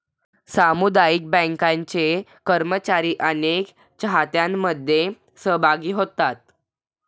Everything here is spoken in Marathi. सामुदायिक बँकांचे कर्मचारी अनेक चाहत्यांमध्ये सहभागी होतात